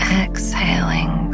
exhaling